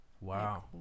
Wow